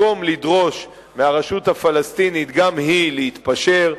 במקום לדרוש מהרשות הפלסטינית גם היא להתפשר,